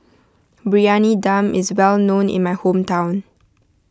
Briyani Dum is well known in my hometown